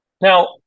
Now